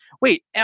Wait